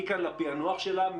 מכאן לפיענוח שלה,